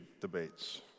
debates